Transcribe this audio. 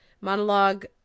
monologue